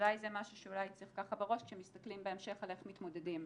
אולי זה משהו שצריך בראש כשמסתכלים בהמשך על איך מתמודדים.